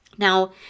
Now